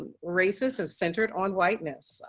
racist and centered on whiteness.